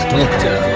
Doctor